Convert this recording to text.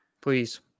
Please